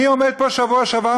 אני עומד פה בשבוע שעבר,